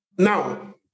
Now